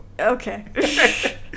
Okay